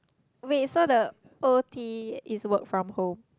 wait so the O_T is work from home